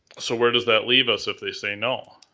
so where does that leave us if they say no?